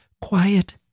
quiet